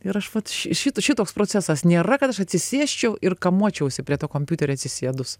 ir aš vat šito šitoks procesas nėra kad aš atsisėsčiau ir kamuočiausi prie to kompiuterio atsisėdus